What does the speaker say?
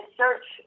search